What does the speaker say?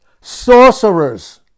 sorcerers